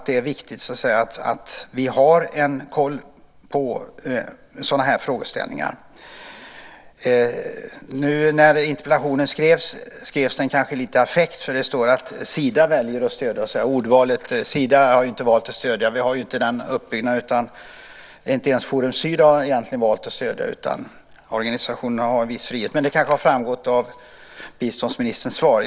Det är viktigt att vi har kontroll över sådana frågeställningar. Interpellationen skrevs kanske lite grann i affekt, för det står om att Sida väljer att stödja. Men Sida har inte valt att stödja. Den uppbyggnaden har vi inte. Inte ens Forum Syd har egentligen valt att stödja, utan organisationerna har en viss frihet. Men det har kanske framgått av biståndsministerns svar.